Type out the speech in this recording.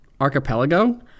Archipelago